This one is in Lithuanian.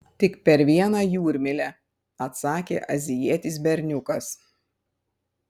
tik per vieną jūrmylę atsakė azijietis berniukas